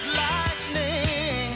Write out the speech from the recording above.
lightning